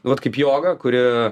vat kaip joga kuri